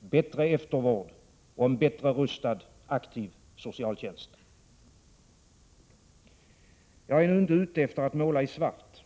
bättre eftervård och en bättre rustad, aktiv socialtjänst. Jag är inte ute efter att måla i svart.